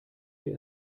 wir